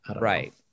Right